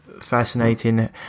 Fascinating